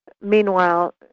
meanwhile